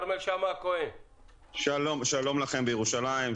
שלום לכם בירושלים,